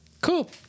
cool